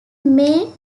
main